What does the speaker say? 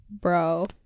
Bro